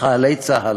לחיילי צה"ל